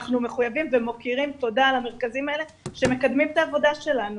אנחנו מחויבים ומוקירים תודה על המרכזים האלה שמקדמים את העבודה שלנו.